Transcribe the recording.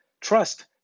Trust